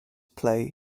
play